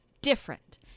different